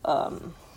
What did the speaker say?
um